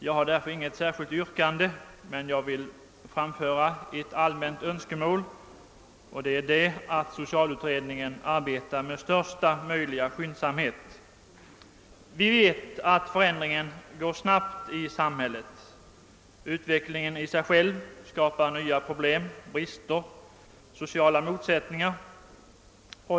Jag har därför inget särskilt yrkande, men jag vill framföra ett allmänt önskemål, nämligen att socialut redningen arbetar med största möjliga skyndsamhet. Vi vet att förändringen går snabbt i samhället. Utvecklingen i sig själv skapar nya problem, brister och sociala motsättningar.